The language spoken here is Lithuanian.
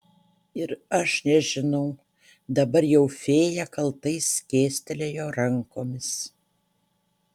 ir aš nežinau dabar jau fėja kaltai skėstelėjo rankomis